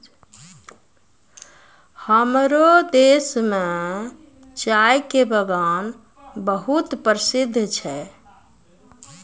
हमरो देश मॅ चाय के बागान बहुत प्रसिद्ध छै